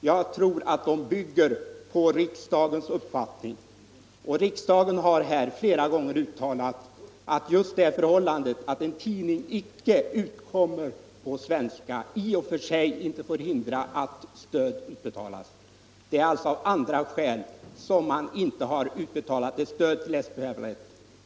Jag tror att de bygger på riksdagens anvis = minoritetspolitiken, ningar. Riksdagen har också flera gånger uttalat att det förhållandet att — Mm.m. en tidning icke utkommer på svenska i och för sig inte får hindra att stöd utbetalas. Det är alltså av andra skäl som man inte har utbetalat presstöd till Eesti Päevaleht.